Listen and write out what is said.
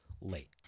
late